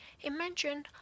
Imagine